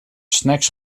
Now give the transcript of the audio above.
snacks